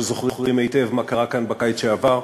שזוכרים היטב מה קרה כאן בקיץ שעבר,